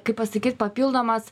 kaip pasakyt papildomas